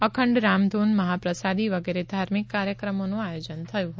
અખંડ રામધૂન મહાપ્રસાદી વગેરે ધાર્મિક કાર્યક્રમોનું આયોજન થયું હતું